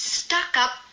stuck-up